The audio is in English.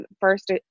first